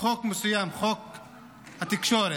חוק מסוים, חוק התקשורת.